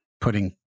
putting